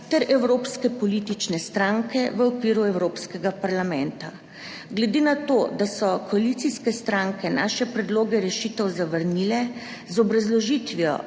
ter evropske politične stranke v okviru Evropskega parlamenta. Glede na to, da so koalicijske stranke naše predloge rešitev zavrnile z obrazložitvijo,